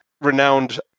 renowned